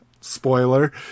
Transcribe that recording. Spoiler